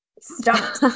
Stop